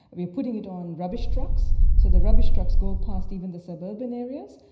but we are putting it on rubbish trucks, so the rubbish trucks go past even the suburban areas,